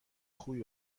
خوبی